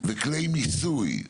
וכלי מיסוי.